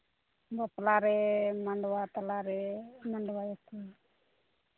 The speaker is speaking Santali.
ᱵᱟᱯᱞᱟ ᱨᱮ ᱢᱟᱸᱰᱣᱟ ᱛᱟᱞᱟᱨᱮ ᱢᱟᱸᱰᱣᱟᱭᱟᱠᱚ